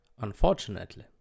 Unfortunately